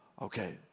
Okay